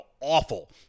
awful